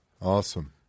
Awesome